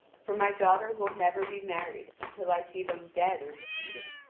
for my daughter will never be married until i see them dead or defeated.